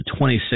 26